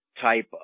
type